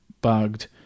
bugged